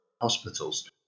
hospitals